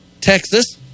Texas